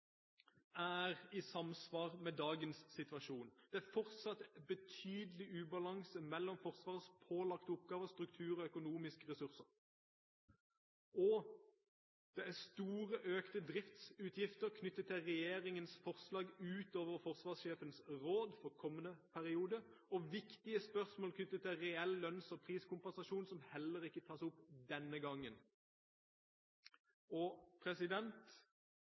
er i samsvar med dagens situasjon. Det er fortsatt betydelig ubalanse mellom forsvarspålagte oppgaver, struktur og økonomiske ressurser. Det er store økte driftsutgifter knyttet til regjeringens forslag utover forsvarssjefens råd for kommende periode og viktige spørsmål knyttet til reell lønns- og priskompensasjon som heller ikke tas opp denne gangen. Det er en rekke uavhengige observatører og